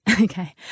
Okay